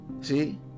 See